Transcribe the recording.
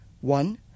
one